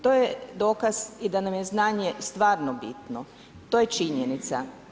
To je dokaz i da nam je znanje stvarno bitno, to je činjenica.